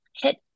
hit